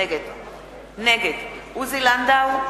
נגד עוזי לנדאו,